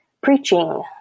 preaching